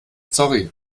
sorry